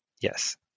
Yes